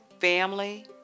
family